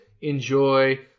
enjoy